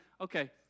okay